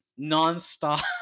nonstop